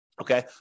okay